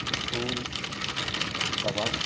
school کا وقت